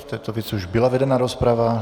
V této věci už byla vedena rozprava.